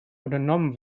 unternommen